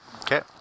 Okay